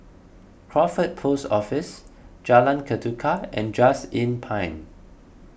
Crawford Post Office Jalan Ketuka and Just Inn Pine